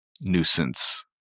nuisance